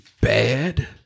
bad